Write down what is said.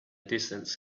distance